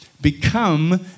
become